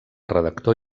redactor